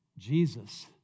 Jesus